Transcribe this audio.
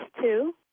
two